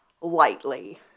lightly